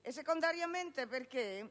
e un po' perché